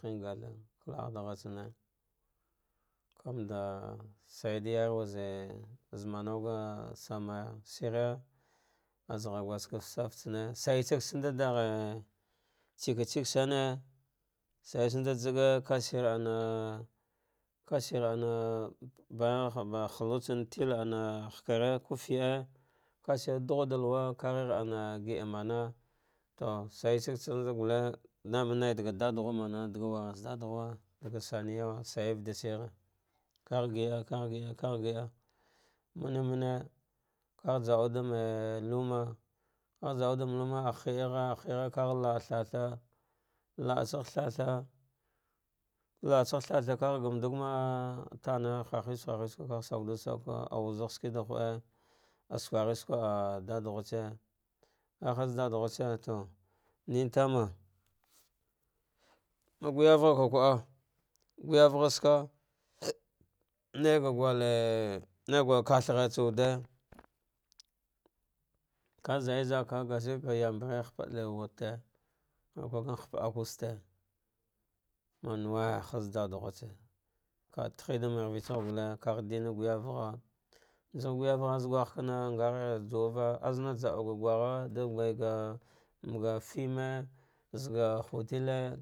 Tihigh gare gulabaghtsane kamɗa sa yeɗa yarwe ze ze manawga samaya shiri aza ghar guskefte saftsane saisag tsamand ɗaghe tsetsekishine sawetsaɗa jagi kashir ana kashir ama baiyan havah tsam telana hakare, ko deɗe kashinn ɗughu ɗalakw aka ghheh ama gidamana to shmya sagtsa mamɗa gulle ɗama naiɗaga ɗaɗa ghu ana muna daga wurghartsa ɗaɗe ghuwa ɗa sani yawa, sawe vaɗashirghe ɗaɗe ghuwa ɗa sani yawa, sawe vaɗashirghe kah gia kah gia kagh giah mane mane kagh ba auɗam kaghtsan la atsame to mane mane, mane ka kagh faraya maivajarha, bayan thrgate isawuɗe luwa azga melnana mana ah sawe newe vajarhana juwa makaranta vendre stadam makarrata, kamanɗa jachwa ɗam primary kanɗa jaawa kanɗe jaauwa to bayam jaauwa bsanɗa, katsaka tsananɗ llini kamɗa tsakka kamanv tsaka, mane mane ah mamemand vaga metse, mamemanɗ vaga hakare haka haka kamanɗ kada manah a jantse janghse jangtse mane mane ah hheda amand a hide mand fu auk ladi zeze sauɗa ngathra tsa gomnit veksaneva kamɗe juwan kasuwa azna naiga alla cifins tsaja nahna ga yayahmanɗa na mana zadharzaɗa lauwa to zaɗa harmanda bendir ga nera uku memetse henu kada zandnh kamte da saghag da la uwa skene.